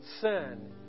sin